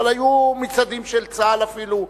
אבל היו מצעדים של צה"ל אפילו,